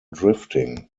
drifting